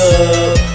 up